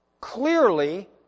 Clearly